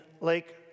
Lake